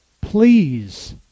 Please